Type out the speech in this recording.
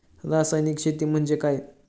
रासायनिक शेती म्हणजे काय?